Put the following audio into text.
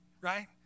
right